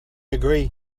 agree